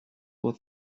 was